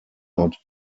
not